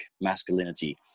masculinity